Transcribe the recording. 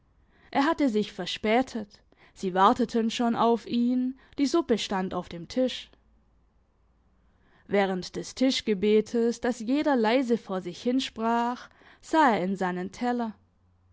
er hatte sich verspätet sie warteten schon auf ihn die suppe stand auf dem tisch während des tischgebetes das jeder leise vor sich hinsprach sah er in seinen teller